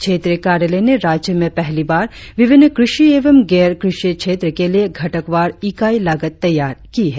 क्षेत्रीय कार्यालय ने राज्य में पहली बार विभिन्न कृषि एवं गैर कृषि क्षेत्र के लिए घटकवार इकाई लागत तैयार की है